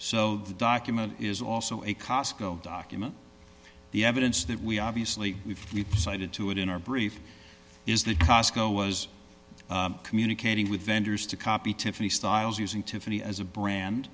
so the document is also a cosco document the evidence that we obviously we've we've decided to it in our brief is that cosco was communicating with vendors to copy tiffany styles using tiffany as a brand